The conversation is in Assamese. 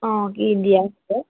অঁ দিয়া আছে